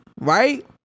right